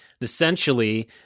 Essentially